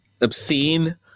obscene